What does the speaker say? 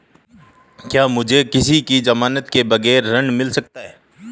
क्या मुझे किसी की ज़मानत के बगैर ऋण मिल सकता है?